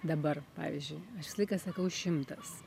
dabar pavyzdžiui aš visą laiką sakau šimtas